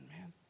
man